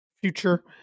Future